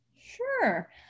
Sure